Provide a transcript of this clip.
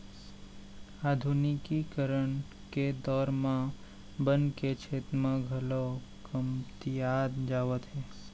आधुनिकीकरन के दौर म बन के छेत्र ह घलौ कमतियात जावत हे